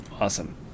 Awesome